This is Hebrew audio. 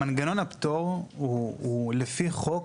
מנגנון הפטור הוא לפי חוק.